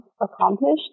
accomplished